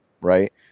right